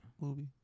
Movie